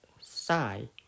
side